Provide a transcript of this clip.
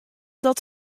dat